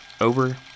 over